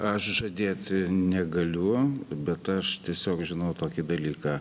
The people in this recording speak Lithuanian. aš žadėti negaliu bet aš tiesiog žinau tokį dalyką